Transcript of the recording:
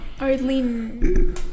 Arlene